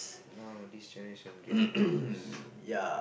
now this generation getting worse